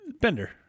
Bender